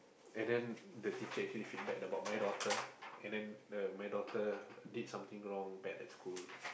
and then the teacher actually feedback about my daughter and then the my daughter did something wrong bad at school